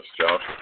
Josh